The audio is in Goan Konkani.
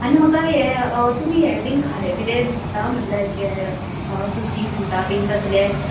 आनी म्हाका हे तुमी हे बीन खारें बिरें विकता म्हटल्यार अशें सुकी सुंगटां बीन तसलें